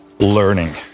learning